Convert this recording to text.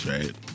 Right